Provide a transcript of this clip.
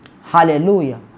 Hallelujah